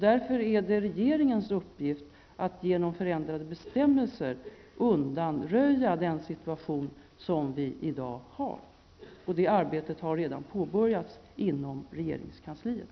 Därför är det regeringens uppgift att genom förändrade bestämmelser undanröja den situation som vi i dag har. Det arbetet har redan påbörjats inom regeringskansliet.